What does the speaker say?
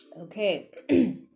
Okay